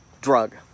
drug